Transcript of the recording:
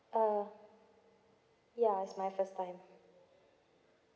uh ya it's my first time